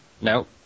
No